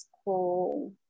school